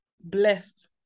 blessed